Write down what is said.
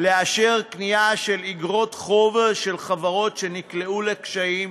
לאשר קנייה של איגרות חוב של חברות שנקלעו לקשיים